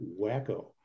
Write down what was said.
wacko